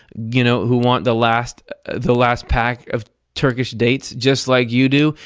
you know, who want the last the last pack of turkish dates just like you do.